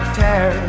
tear